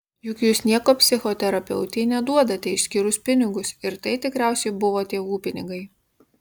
juk jūs nieko psichoterapeutei neduodate išskyrus pinigus ir tai tikriausiai buvo tėvų pinigai